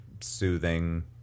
soothing